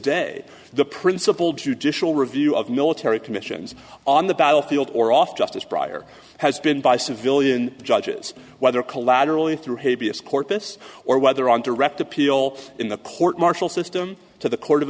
day the principal judicial review of military commissions on the battlefield or off justice prior has been by civilian judges whether collaterally through hay vs corpus or whether on direct appeal in the court martial system to the court of